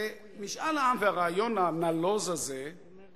ומשאל העם והרעיון הנלוז הזה מעלים